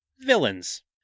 Villains